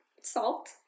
salt